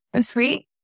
sweet